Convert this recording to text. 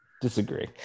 Disagree